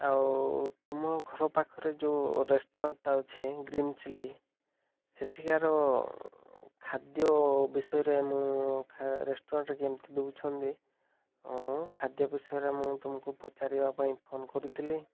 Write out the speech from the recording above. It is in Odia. ଆଉ ତୁମ ଘର ପାଖରେ ଯୋଉ ରେଷ୍ଟୁରାଣ୍ଟ୍ଟା ଅଛି ଗ୍ରୀନ୍ ଚିଲ୍ଲି ସେଠିକାର ଖାଦ୍ୟ ବିଷୟରେ ମୁଁ ରେଷ୍ଟୁରାଣ୍ଟ୍ରେ କେମିତି ଦେଉଛନ୍ତି ଖାଦ୍ୟ ବିଷୟରେ ମୁଁ ତୁମକୁ ପଚାରିବା ପାଇଁ ଫୋନ୍ କରିଥିଲି